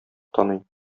таный